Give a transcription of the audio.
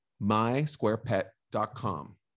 mysquarepet.com